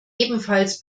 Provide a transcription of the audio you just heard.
ebenfalls